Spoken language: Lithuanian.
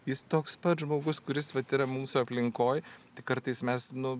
jis toks pat žmogus kuris vat yra mūsų aplinkoj tik kartais mes nu